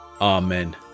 Amen